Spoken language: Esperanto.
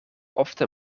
ofte